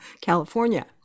California